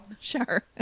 Sure